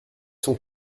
sont